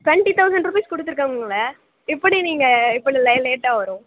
twenty thousand rupees கொடுத்துருக்கோம்ல எப்படி நீங்கள் இப்போ இந்த பிளைன் லேட்டாக வரும்